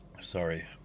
Sorry